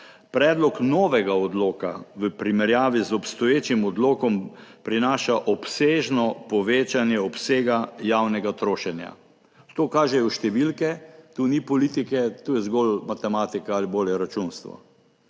Predlog novega odloka v primerjavi z obstoječim odlokom prinaša obsežno povečanje obsega javnega trošenja. To kažejo številke. Tu ni politike, tu je zgolj matematika ali bolje računstvo.